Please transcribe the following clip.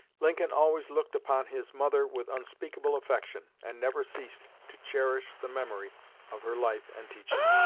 lincoln always looked upon his mother with unspeakable affection, and never ceased to cherish the memory of her life and teaching.